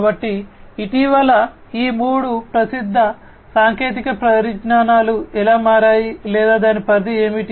కాబట్టి ఇటీవల ఈ మూడు ప్రసిద్ధ సాంకేతిక పరిజ్ఞానాలు ఎలా మారాయి లేదా దాని పరిధి ఏమిటి